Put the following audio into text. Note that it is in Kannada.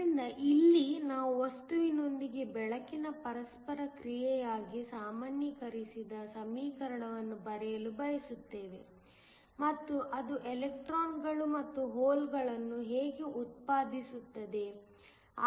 ಆದ್ದರಿಂದ ಇಲ್ಲಿ ನಾವು ವಸ್ತುವಿನೊಂದಿಗೆ ಬೆಳಕಿನ ಪರಸ್ಪರ ಕ್ರಿಯೆಗಾಗಿ ಸಾಮಾನ್ಯೀಕರಿಸಿದ ಸಮೀಕರಣವನ್ನು ಬರೆಯಲು ಬಯಸುತ್ತೇವೆ ಮತ್ತು ಅದು ಎಲೆಕ್ಟ್ರಾನ್ಗಳು ಮತ್ತು ಹೋಲ್ಗಳನ್ನು ಹೇಗೆ ಉತ್ಪಾದಿಸುತ್ತದೆ